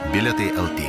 bilietai eltė